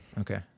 okay